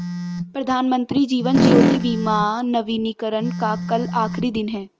प्रधानमंत्री जीवन ज्योति बीमा नवीनीकरण का कल आखिरी दिन है